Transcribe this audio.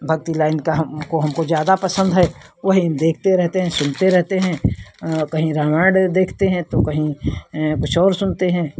भक्ति लाइन का हमको हमको ज़्यादा पसंद है वही देखते रहते हैं सुनते रहते हैं कहीं रामायण देखते हैं तो कहीं कुछ और सुनते हैं